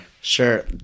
sure